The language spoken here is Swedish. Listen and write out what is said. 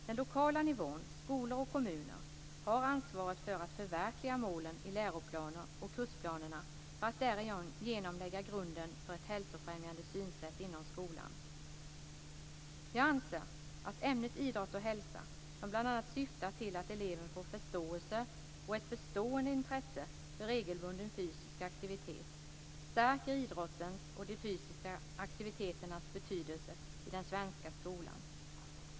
Den lokala nivån, skolor och kommuner, har ansvaret för att förverkliga målen i läroplaner och kursplanerna för att därigenom lägga grunden för ett hälsofrämjande synsätt inom skolan. Jag anser att ämnet idrott och hälsa, som bl.a. syftar till att eleven får förståelse och ett bestående intresse för regelbunden fysisk aktivitet, stärker idrottens och de fysiska aktiviteternas betydelse i den svenska skolan.